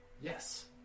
Yes